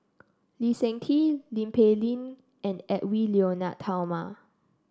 Lee Seng Tee Tin Pei Ling and Edwy Lyonet Talma